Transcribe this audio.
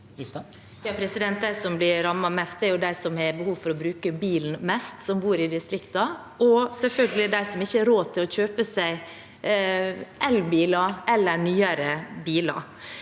De som blir ram- met mest, er de som har behov for å bruke bilen mest, som bor i distriktene, og selvfølgelig de som ikke har råd til å kjøpe seg elbiler eller nyere biler.